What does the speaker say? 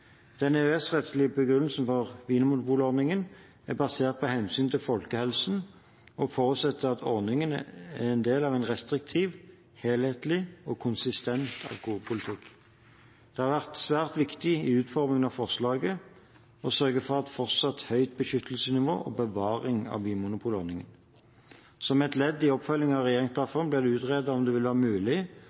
Den EØS-rettslige begrunnelsen for vinmonopolordningen er basert på hensynet til folkehelsen og forutsetter at ordningen er del av en restriktiv, helhetlig og konsistent alkoholpolitikk. Det har vært svært viktig i utformingen av forslaget å sørge for et fortsatt høyt beskyttelsesnivå og bevaring av vinmonopolordningen. Som et ledd i oppfølgingen av regjeringsplattformen ble det utredet om det ville være mulig